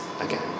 again